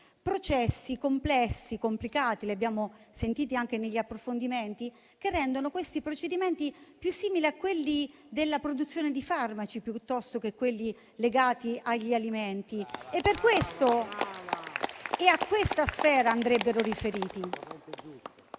Processi complessi e complicati, li abbiamo sentiti anche negli approfondimenti, che rendono questi procedimenti più simili a quelli della produzione di farmaci, piuttosto che a quelli alimentari e a questa sfera andrebbero riferiti.